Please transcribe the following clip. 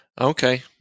okay